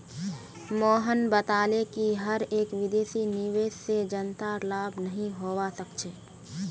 मोहन बताले कि हर एक विदेशी निवेश से जनतार लाभ नहीं होवा सक्छे